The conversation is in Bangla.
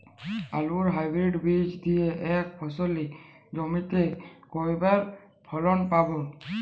আলুর হাইব্রিড বীজ দিয়ে এক ফসলী জমিতে কয়বার ফলন পাব?